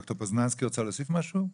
ד"ר פוזננסקי, רוצה להוסיף משהו?